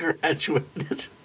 graduated